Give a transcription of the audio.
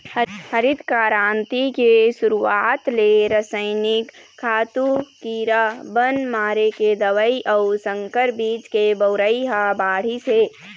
हरित करांति के सुरूवात ले रसइनिक खातू, कीरा बन मारे के दवई अउ संकर बीज के बउरई ह बाढ़िस हे